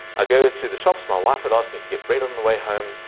i go to the shops, my wife asked me to get bread on the way home.